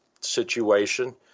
situation